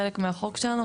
חלק מהחוק שלנו,